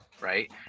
right